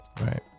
right